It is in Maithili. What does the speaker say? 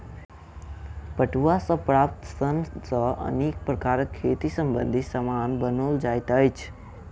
पटुआ सॅ प्राप्त सन सॅ अनेक प्रकारक खेती संबंधी सामान बनओल जाइत अछि